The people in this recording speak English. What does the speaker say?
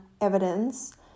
evidence